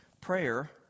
Prayer